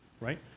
right